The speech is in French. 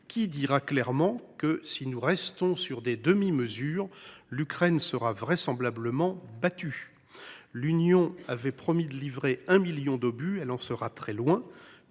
Qui dira clairement que, si nous restons sur des demi mesures, l’Ukraine sera vraisemblablement battue ? L’Union européenne avait promis de livrer 1 million d’obus : elle en sera très loin.